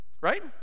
Right